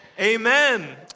amen